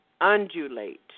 undulate